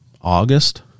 august